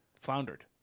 floundered